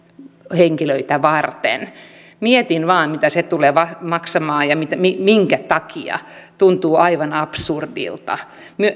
henkilöitä varten kuten kelan lausunnossa todetaan mietin vain mitä se tulee maksamaan ja minkä takia tuntuu aivan absurdilta